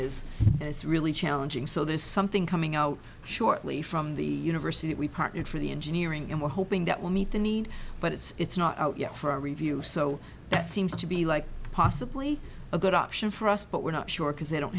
is it's really challenging so there's something coming out shortly from the university that we partnered for the engineering and we're hoping that will meet the need but it's not out yet for a review so that seems to be like possibly a good option for us but we're not sure because they don't